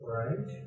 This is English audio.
right